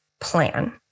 plan